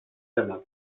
temat